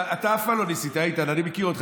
אתה אף פעם לא ניסית, איתן, אני מכיר אותך.